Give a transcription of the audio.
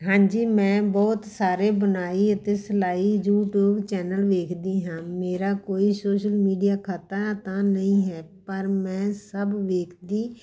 ਹਾਂਜੀ ਮੈਂ ਬਹੁਤ ਸਾਰੇ ਬੁਣਾਈ ਅਤੇ ਸਿਲਾਈ ਯੂਟੀਊਬ ਚੈਨਲ ਵੇਖਦੀ ਹਾਂ ਮੇਰਾ ਕੋਈ ਸੋਸ਼ਲ ਮੀਡੀਆ ਖਾਤਾ ਤਾਂ ਨਹੀਂ ਹੈ ਪਰ ਮੈਂ ਸਭ ਵੇਖਦੀ